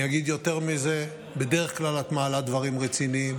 אני אגיד יותר מזה: בדרך כלל את מעלה דברים רציניים,